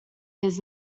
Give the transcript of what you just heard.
his